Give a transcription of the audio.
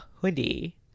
hoodie